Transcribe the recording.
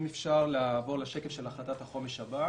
אם אפשר לעבור לשקף של החלטת החומש הבאה.